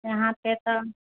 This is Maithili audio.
यहाँ पर तऽ